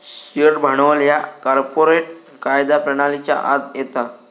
share भांडवल ह्या corporate कायदा प्रणालीच्या आत येता